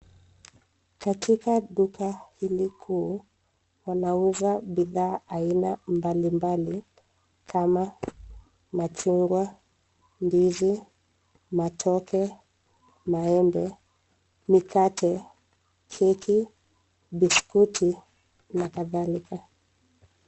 Katika duka hili kuu, wanauza bidhaa mbalimbali kama machungwa, ndizi, matoke, maembe, mikate, keki, biskuti na kadhalika.